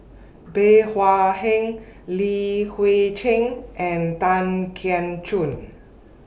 Bey Hua Heng Li Hui Cheng and Tan Keong Choon